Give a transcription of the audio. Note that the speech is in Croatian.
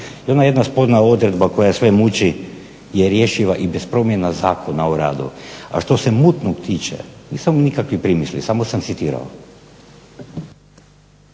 je ona jedna sporna odredba koja sve muči je rješiva i bez promjena Zakona o radu. A što se mutnoga tiče, nisam imao nikakvih primisli, samo sam citirao.